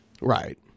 Right